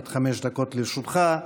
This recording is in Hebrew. עד חמש דקות לרשותך.